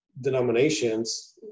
denominations